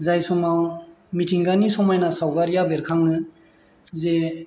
जाय समाव मिथिंगानि समायना सावगारिया बेरखाङो जे